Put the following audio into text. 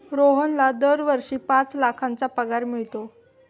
रोहनला दरवर्षी पाच लाखांचा पगार मिळतो